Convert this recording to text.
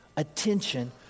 attention